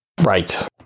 Right